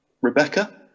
rebecca